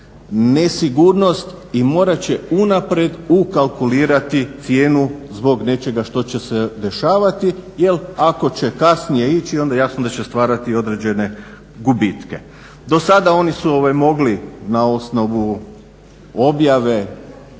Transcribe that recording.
nesigurnost i morati će unaprijed ukalkulirati cijenu zbog nečega što će se dešavati. Jer ako će kasnije ići, onda jasno da će stvarati određene gubitke. Do sada oni su mogli na osnovu objave